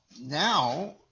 now